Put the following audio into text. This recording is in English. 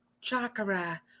chakra